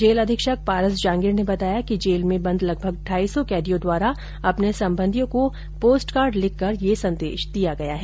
jail अधीक्षक पारस जांगिड ने बताया कि जेल में बंद लगभग ढाई सौ कैदियों द्वारा अपने संबंधियों को पोस्टकार्ड लिखकर यह संदेश दिया गया है